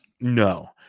No